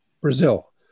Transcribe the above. Brazil